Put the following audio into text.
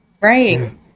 right